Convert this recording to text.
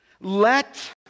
Let